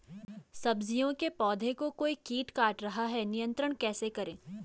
सब्जियों के पौधें को कोई कीट काट रहा है नियंत्रण कैसे करें?